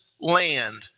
land